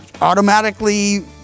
automatically